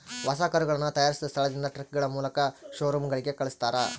ಹೊಸ ಕರುಗಳನ್ನ ತಯಾರಿಸಿದ ಸ್ಥಳದಿಂದ ಟ್ರಕ್ಗಳ ಮೂಲಕ ಶೋರೂಮ್ ಗಳಿಗೆ ಕಲ್ಸ್ತರ